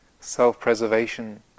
self-preservation